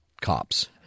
Cops